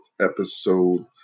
episode